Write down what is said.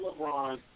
LeBron